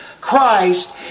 Christ